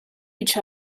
each